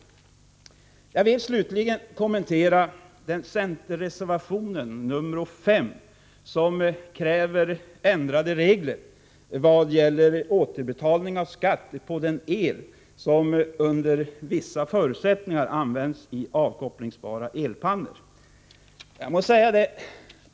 Jag vill slutligen kommentera centerreservation nr 5, i vilken det krävs ändrade regler vad gäller återbetalning av skatt på den el som under vissa förutsättningar används i avkopplingsbara elpannor.